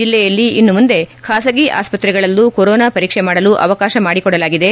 ಜಿಲ್ಲೆಯಲ್ಲಿ ಇನ್ನು ಮುಂದೆ ಖಾಸಗಿ ಆಸ್ಸತ್ರೆಗಳಲ್ಲೂ ಕೊರೊನಾ ಪರೀಕ್ಷೆ ಮಾಡಲು ಅವಕಾಶ ಮಾಡಿಕೊಡಲಾಗಿದೆ